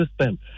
system